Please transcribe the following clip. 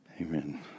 amen